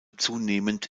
zunehmend